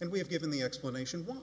and we have given the explanation why